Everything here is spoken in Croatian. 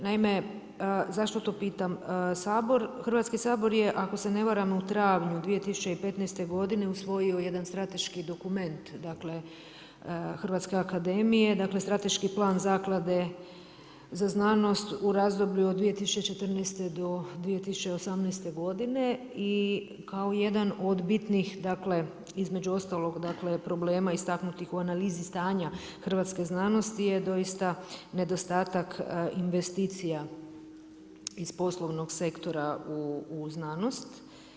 Naime, zašto to pitam, Sabor, Hrvatski sabor je ako se ne varam u travnju 2015. godine usvojio jedan strateški dokument, dakle, Hrvatske akademije, dakle, strateški plan Zaklade za znanost u razdoblju od 2014. do 2018. godine i kao jedan od bitnih dakle, između ostalog problema istaknuti u analizi stanja hrvatske znanosti je doista nedostatak investicija iz poslovnog sektora u znanost.